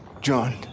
John